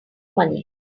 money